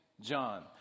John